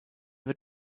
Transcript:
wird